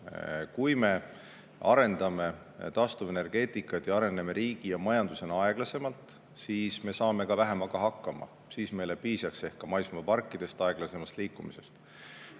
Kui me arendame taastuvenergeetikat riigi ja majandusena aeglasemalt, siis me saame ka vähemaga hakkama, siis meile piisaks ehk ka maismaaparkidest, aeglasemast liikumisest.